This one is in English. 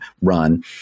run